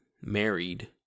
married